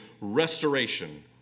restoration